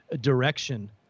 direction